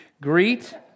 Greet